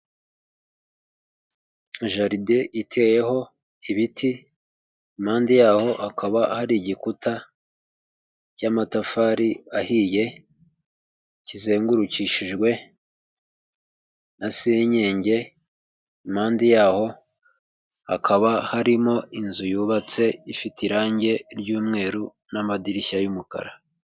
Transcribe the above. Jaride iteyeho ibiti impande yaho hakaba hari igikuta cy'amatafari ahiye, kizengurukishijwe na senyenge, impande yaho hakaba harimo inzu yubatse ifite irange ry'umweru n'amadirishya y'umukara.